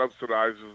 subsidizes